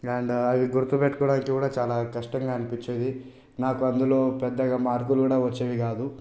and అది గుర్తుపెట్టుకోవడానికి కూడా చాలా కష్టంగా అనిపించేది నాకు అందులో పెద్దగా మార్కులు కూడా వచ్చేవి కాదు